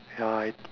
ya I